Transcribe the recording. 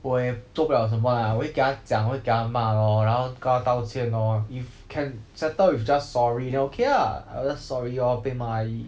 我也做不了什么 lah 我会给他讲我会给他骂 lor 然后跟他道歉 lor if can settle with just sorry then okay lah I will just sorry lor 被骂而已